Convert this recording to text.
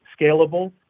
scalable